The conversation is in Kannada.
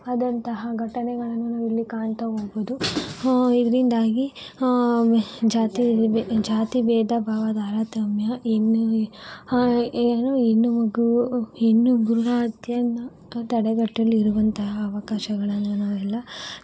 ಆದಂತಹ ಘಟನೆಗಳನ್ನು ನಾವಿಲ್ಲಿ ಕಾಣ್ತಾ ಹೋಗ್ಬೋದು ಇದರಿಂದಾಗಿ ಜಾತಿ ಭೇ ಜಾತಿ ಭೇದ ಭಾವ ತಾರತಮ್ಯ ಇನ್ನು ಏನು ಹೆಣ್ಣು ಮಗು ಹೆಣ್ಣು ಭ್ರೂಣ ಹತ್ಯೆಯನ್ನು ತಡೆಗಟ್ಟಲು ಇರುವಂತಹ ಅವಕಾಶಗಳನ್ನು ನಾವೆಲ್ಲ